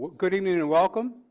good evening and welcome.